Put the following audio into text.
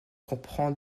comprend